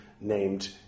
named